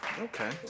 Okay